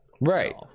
Right